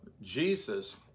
Jesus